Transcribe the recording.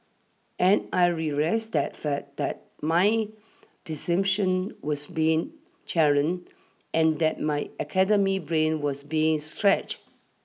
and I relished that fact that my presumptions was being challenge and that my academy brain was being stretched